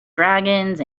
dragons